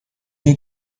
une